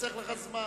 חוסך לך זמן.